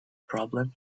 problem